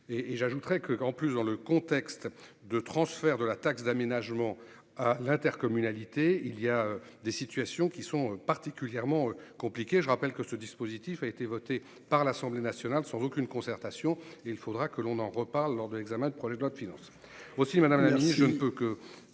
j'ajouterai que, en plus, dans le contexte de transfert de la taxe d'aménagement à l'intercommunalité, il y a des situations qui sont particulièrement compliquée, je rappelle que ce dispositif a été voté par l'Assemblée nationale, sans aucune concertation et il faudra que l'on en reparle lors de l'examen du projet de loi de finances